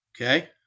Okay